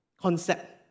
concept